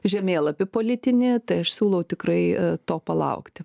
žemėlapį politinį tai aš siūlau tikrai to palaukti